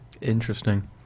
Interesting